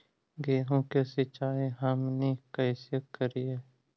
गेहूं के सिंचाई हमनि कैसे कारियय?